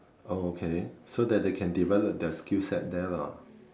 oh okay so that they can develop their skill set there lah